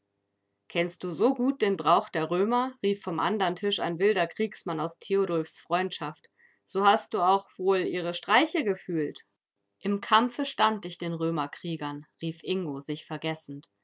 kennst du so gut den brauch der römer rief vom andern tisch ein wilder kriegsmann aus theodulfs freundschaft so hast du auch wohl ihre streiche gefühlt im kampfe stand ich den römerkriegern rief ingo sich vergessend